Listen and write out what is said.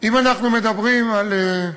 אם אנחנו מדברים על,